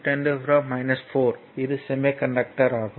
4 10 5 இது சேமிகண்டக்டர் ஆகும்